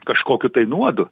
kažkokiu tai nuodu